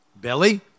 Billy